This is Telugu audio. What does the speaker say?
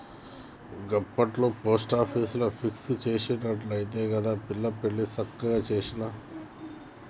గప్పట్ల పోస్టాపీసుల ఫిక్స్ జేసుకునవట్టే గదా పిల్ల పెండ్లి సక్కగ జేసిన